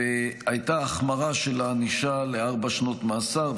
הייתה החמרה של הענישה לארבע שנות מאסר,